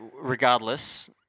regardless